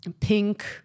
pink